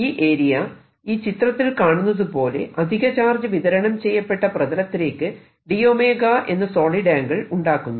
ഈ ഏരിയ ഈ ചിത്രത്തിൽ കാണുന്നത് പോലെ അധിക ചാർജ് വിതരണം ചെയ്യപ്പെട്ട പ്രതലത്തിലേക്ക് d𝝮 എന്ന സോളിഡ് ആംഗിൾ ഉണ്ടാക്കുന്നു